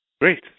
Great